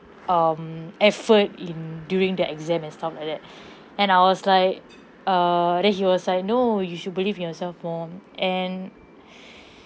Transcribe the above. um effort in during the exam and stuff like that and I was like err then he was like no you should believe in yourself more and